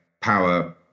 power